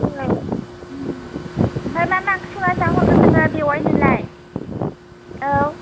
औ उम आमफ्राय मा मा ओंख्रि संनानै जाहो हरगोन नोङो बेवायनो लाय औ